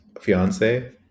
fiance